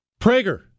Prager